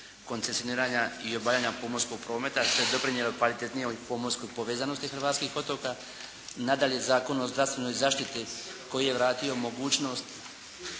koncesioniranja i obavljanja pomorskog prometa te doprinijelo kvalitetnijoj pomorskoj povezanosti hrvatskih otoka. Nadalje Zakon o zdravstvenoj zaštiti koji je vratio mogućnost